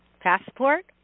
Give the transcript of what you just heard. Passport